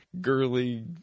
girly